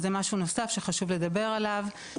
אז זה משהו נוסף שחשוב לדבר עליו,